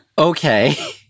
Okay